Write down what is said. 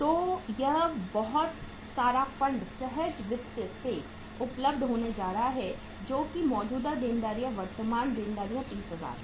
तो यह बहुत सारे फंड सहज वित्त से उपलब्ध होने जा रहे हैं जो कि मौजूदा देनदारियों वर्तमान देनदारियों 30000 हैं